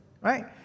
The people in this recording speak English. right